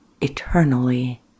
eternally